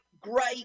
great